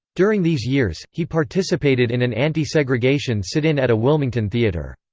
during these years, he participated in an anti-segregation sit-in at a wilmington theatre.